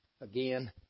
Again